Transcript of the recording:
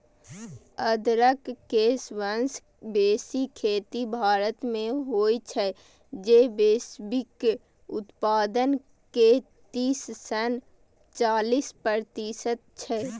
अदरक के सबसं बेसी खेती भारत मे होइ छै, जे वैश्विक उत्पादन के तीस सं चालीस प्रतिशत छै